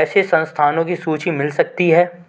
ऐसे संस्थानों की सूची मिल सकती है